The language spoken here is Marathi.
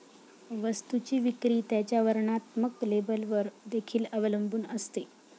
वस्तूची विक्री त्याच्या वर्णात्मक लेबलवर देखील अवलंबून असते